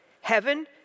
Heaven